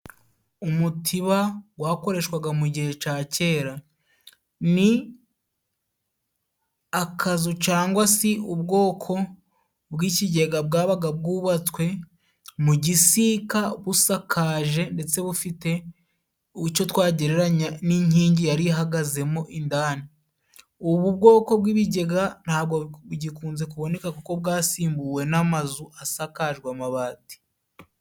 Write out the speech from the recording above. Umutiba gwakoreshwaga mu gihe ca kera ni akazu cangwa se ubwoko bw'ikigega bwabaga bwubatswe mu gisika busakaje, ndetse bufite icyo twagereranya n'inkingi yari ihagazemo indani. Ubu bwoko bw'ibigega ntabwo bu gikunze kuboneka kuko bwasimbuwe n'amazu asakajwe amabati.